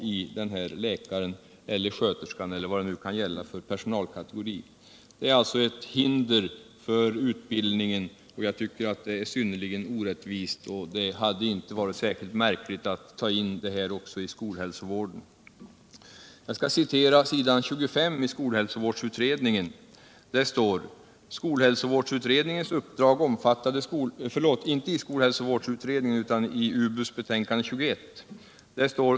Bestämmelsen är alltså ev hinder för utbildningen, och jag tvcker att den är synnerligen orättvis. Det hade inte varit särskilt märkvärdigt att tå in också dessa grupper I!